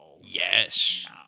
Yes